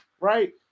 Right